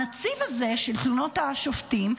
הנציב הזה של תלונות השופטים,